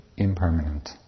Impermanent